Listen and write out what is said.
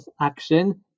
action